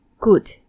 good